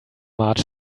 marge